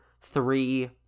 three